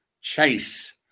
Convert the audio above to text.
Chase